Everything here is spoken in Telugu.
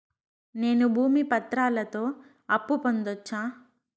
నేను భూమి పత్రాలతో అప్పు పొందొచ్చా?